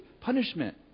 punishment